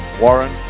Warren